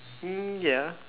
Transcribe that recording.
mm ya